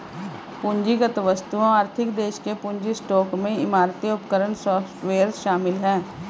पूंजीगत वस्तुओं आर्थिक देश के पूंजी स्टॉक में इमारतें उपकरण सॉफ्टवेयर शामिल हैं